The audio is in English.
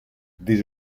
this